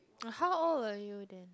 uh how old were you then